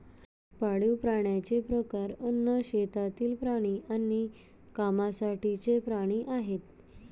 पाळीव प्राण्यांचे प्रकार अन्न, शेतातील प्राणी आणि कामासाठीचे प्राणी आहेत